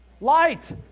Light